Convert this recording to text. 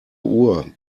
uhr